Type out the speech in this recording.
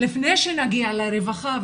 לפני שנגיע לרווחה,